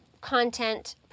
content